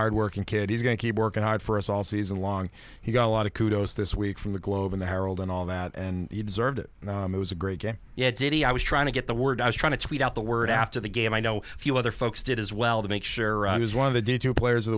hardworking kid he's going to keep working hard for us all season long he got a lot of kudos this week from the globe in the herald and all that and he deserved it and it was a great game yesterday i was trying to get the word i was trying to tweet out the word after the game i know a few other folks did as well to make sure i was one of the